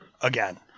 again